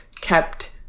kept